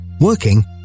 Working